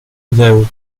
though